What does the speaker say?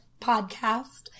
podcast